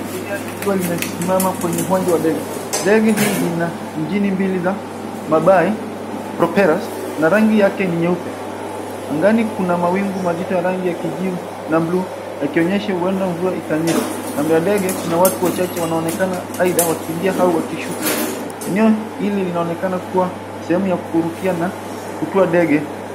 Ndege ikiwa limesimama kwenye uwanja wa ndege. Ndege hii ina injini mbili za mabai propelas na rangi yake ni nyeupe. Angani kuna mawingu mazito ya rangi ya kijivu na blue yakionyesha huenda mvua ikanyesha. Kando ya ndege kuna watu wachache wanaonekana aidha wakiingia au wakishuka. Eneo hili linaonekana kuwa sehemu ya kurukia na kutua ndege.